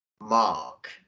Mark